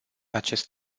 acest